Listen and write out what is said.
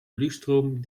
luchtstroom